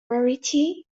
rarity